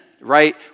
Right